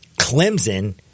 Clemson